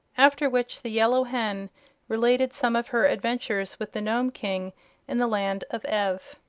after which the yellow hen related some of her adventures with the nome king in the land of ev.